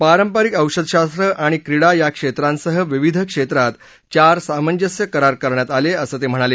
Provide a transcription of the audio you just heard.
पारंपरिक औषधशास्त्र आणि क्रीडा या क्षेत्रांसह विविध क्षेत्रात चार सामंजस्य करार करण्यात आले असं ते म्हणाले